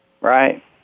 Right